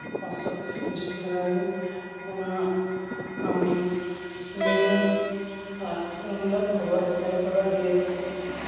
ᱯᱟᱸᱥᱥᱚ ᱯᱤᱥ ᱢᱤᱥᱴᱤ ᱞᱟᱜᱟᱣᱤᱧᱟᱹ ᱚᱱᱟ ᱟᱢ ᱮᱢᱟᱹᱧ ᱢᱮ ᱟᱨ ᱩᱱᱦᱤᱞᱳᱜ ᱠᱷᱚᱵᱚᱨᱤᱧ ᱧᱮᱞ ᱠᱟᱫᱟ ᱡᱮ